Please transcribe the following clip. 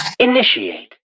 Initiate